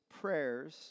prayers